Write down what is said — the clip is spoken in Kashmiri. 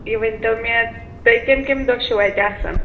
یہِ ؤنۍتو مےٚ تُہۍ کَمہِ کَمہِ دۅہ چھِوٕ اَتہِ آسان